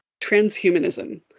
transhumanism